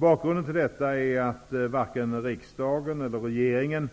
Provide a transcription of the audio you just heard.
Bakgrunden till detta är att varken riksdagen eller regeringen